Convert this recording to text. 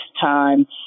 time